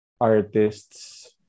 artists